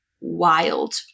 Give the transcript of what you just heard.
wild